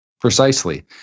precisely